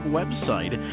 website